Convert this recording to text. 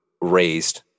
raised